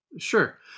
sure